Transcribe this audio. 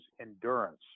Endurance